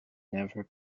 never